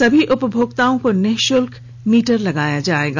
सभी उपभोक्ताओं को निःशुल्क मीटर लगाया जायेगा